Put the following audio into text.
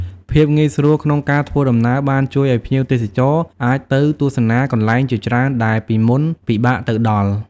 ភាពងាយស្រួលក្នុងការធ្វើដំណើរបានជួយឱ្យភ្ញៀវទេសចរអាចទៅទស្សនាកន្លែងជាច្រើនដែលពីមុនពិបាកទៅដល់។